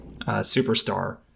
Superstar